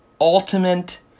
ultimate